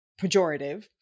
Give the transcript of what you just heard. pejorative